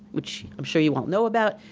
which i'm sure you all know about.